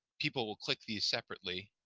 people will click these separately